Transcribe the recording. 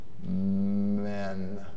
men